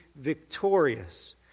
victorious